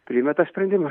priėmė tą sprendimą